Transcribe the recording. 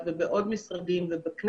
כמו הקשישים ובני